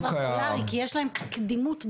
כבר סולארי, כי יש להם קדימות ברשת,